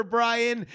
Brian